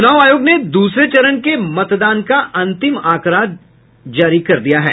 चुनाव आयोग ने दूसरे चरण के मतदान का अंतिम आंकड़ा जारी किया है